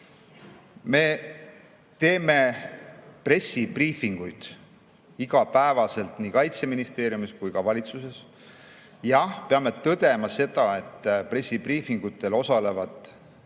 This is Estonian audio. Me teeme pressibriifinguid igapäevaselt nii Kaitseministeeriumis kui ka valitsuses. Jah, peame tõdema, et pressibriifingutel osalevad